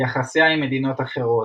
יחסיה עם מדינות אחרות,